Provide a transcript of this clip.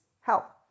help